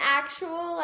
actual